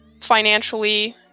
financially